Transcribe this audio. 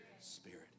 Spirit